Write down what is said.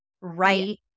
right